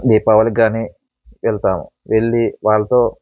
దీపావళికి కానీ వెళ్తాము వెళ్ళి వాళ్ళతో